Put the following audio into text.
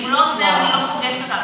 אם לא, אז אני לא פוגשת אותם.